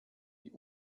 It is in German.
die